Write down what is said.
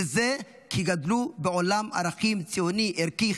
וזה כי הם גדלו בעולם ערכים ציוני ערכי,